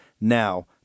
now